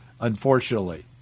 unfortunately